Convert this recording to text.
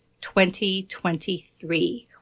2023